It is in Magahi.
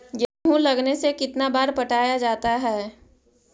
गेहूं लगने से कितना बार पटाया जाता है?